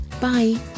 bye